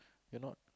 you're not